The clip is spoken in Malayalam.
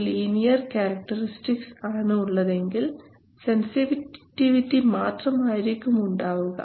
ഒരു ലീനിയർ ക്യാരക്ടറിസ്റ്റിക്സ് ആണ് ഉള്ളതെങ്കിൽ ഒരു സെൻസിറ്റിവിറ്റി മാത്രം ആയിരിക്കും ഉണ്ടാവുക